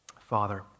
Father